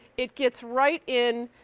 it gets right in,